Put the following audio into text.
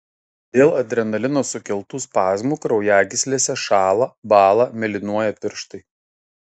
dėl adrenalino sukeltų spazmų kraujagyslėse šąla bąla mėlynuoja pirštai